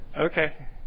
Okay